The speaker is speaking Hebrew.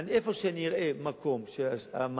איפה שאני אראה מקום שהמהלך,